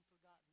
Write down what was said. forgotten